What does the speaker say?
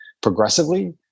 progressively